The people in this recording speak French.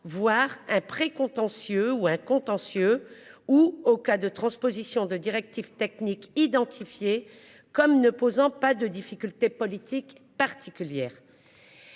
voire un précontentieux ou un contentieux ou au cas de transposition de directives techniques identifiés comme ne posant pas de difficultés politiques particulières.